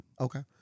Okay